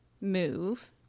move